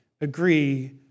agree